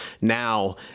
Now